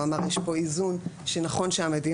הוא אמר יש פה איזון שנכון שהמדינה